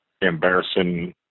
embarrassing